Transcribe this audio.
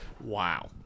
wow